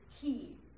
key